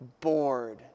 bored